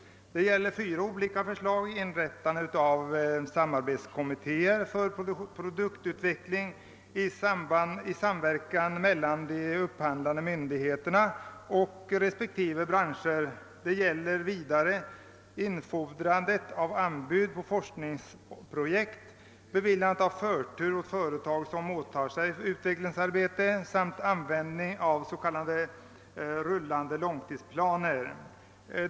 Det gäller fyra olika förslag: inrättande av samarbetskommitteér för produktutveckling i samverkan mellan de upphandlande myndigheterna och respektive branscher, infordrande av anbud på forskningsprojekt, beviljande av förtur för företag som åtar sig utvecklingsarbete samt användning av s.k. rullande långtidsplaner.